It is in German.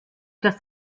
das